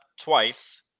twice